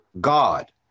God